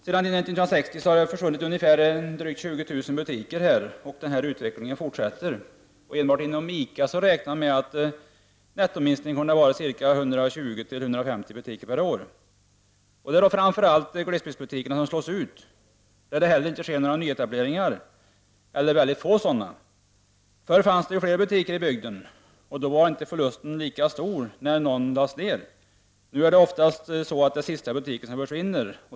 Sedan år 1960 har det försvunnit ungefär 20 000 butiker, och utvecklingen fortsätter. Enbart inom ICA räknar man med att nettominskningen har varit ca 120-150 butiker per år. Det är framför allt butiker på glesbygden som slås ut, där det inte heller sker några nyetableringar eller väldigt få sådana. Förr fanns det flera butiker i bygden, och då var inte förlusten lika stor när någon lades ner. I dag är situationen oftast sådan att det är den sista butiken som försvinner.